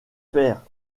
père